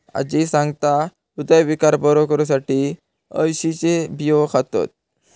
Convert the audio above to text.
आजी सांगता, हृदयविकार बरो करुसाठी अळशीचे बियो खातत